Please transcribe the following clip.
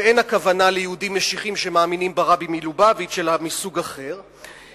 ואין הכוונה ליהודים משיחיים שמאמינים ברבי מלובביץ' אלא מסוג אחר,